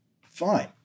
Fine